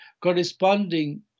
corresponding